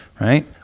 right